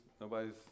nobody's